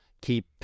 keep